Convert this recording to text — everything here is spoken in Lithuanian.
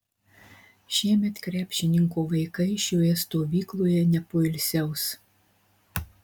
šiemet krepšininko vaikai šioje stovykloje nepoilsiaus